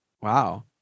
Wow